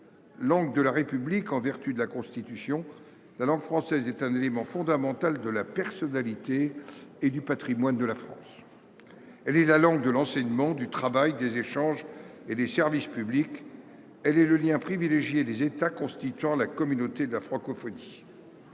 « Langue de la République en vertu de la Constitution, la langue française est un élément fondamental de la personnalité et du patrimoine de la France. « Elle est la langue de l’enseignement, du travail, des échanges et des services publics. « Elle est le lien privilégié des États constituant la communauté de la francophonie.